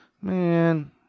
man